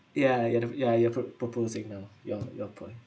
ya you d~ ya you pr~ proposing uh your your point